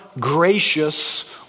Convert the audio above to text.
gracious